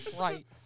Right